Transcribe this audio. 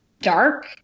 dark